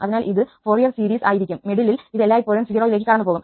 അതിനാൽ അത് Fourier series ആയിരിക്കും മിഡിലിൽ ഇത് എല്ലായ്പ്പോഴും 0 ലേക്ക് കടന്നുപോകും